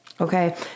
Okay